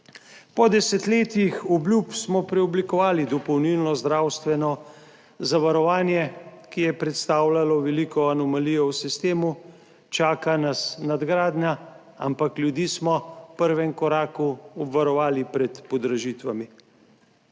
Po desetletjih obljub smo preoblikovali dopolnilno zdravstveno zavarovanje, ki je predstavljalo veliko anomalijo v sistemu. Čaka nas nadgradnja, ampak ljudi smo v prvem koraku obvarovali pred podražitvami.